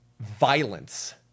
Violence